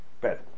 bed